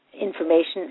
information